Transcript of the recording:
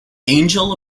angel